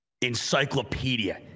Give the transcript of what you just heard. Encyclopedia